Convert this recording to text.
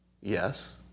Yes